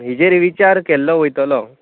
हेजेर विचार केल्लो वयतलो